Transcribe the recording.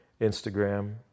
Instagram